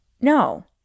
no